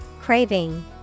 Craving